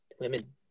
women